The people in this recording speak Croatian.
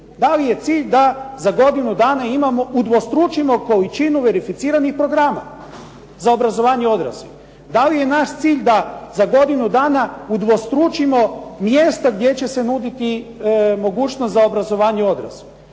Da li je cilj da za godinu dana imamo udvostručimo količinu verificiranih programa za obrazovanje odraslih. Da li je naš cilj da za godinu dana udvostručimo mjesta gdje će se nuditi mogućnost obrazovanja odraslih?